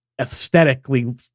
aesthetically